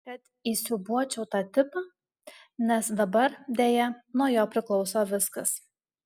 kad įsiūbuočiau tą tipą nes dabar deja nuo jo priklauso viskas